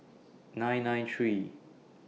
nine nine three